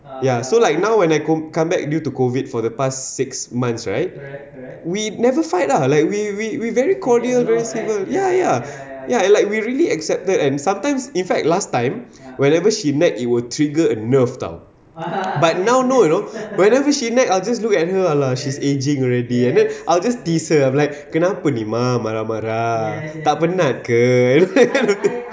ya so like now when I co~ come back due to COVID for the past six months right we never fight lah like we we we very cordial very civil ya ya ya like we really accepted and sometimes in fact last time wherever she met it will trigger a nerve [tau] but now no you know whenever she nag I'll just look at her !alah! she's aging already and then I will just tease her I'm like kenapa ni ma~ marah-marah tak penat ke you know